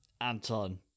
Anton